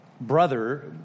brother